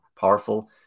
powerful